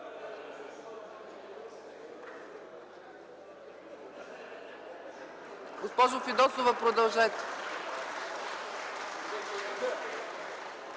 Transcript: Госпожо Фидосова, продължете.